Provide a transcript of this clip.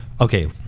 okay